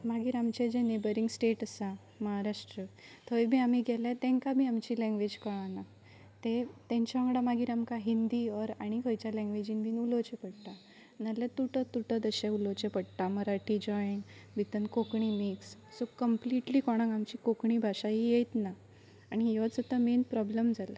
मागीर आमचे जे नेबरींग स्टेट आसा महाराष्ट्र थंय बी आमी गेल्या तेंकां बी आमची लॅंग्वेज कळना ते तेंच्या वांगडा मागीर आमकां हिंदी ऑर आनी खंयच्या लॅंग्वेजीन बीन उलोवचें पडटा नाल्यार तुटत तुटत तशें उलोवचें पडटा मराठी जॉयन भितर कोंकणी मिक्स सो कंप्लीटली कोणाक आमची कोंकणी भाशा ही ययतना आनी होचतां मेन प्रोब्लम जाला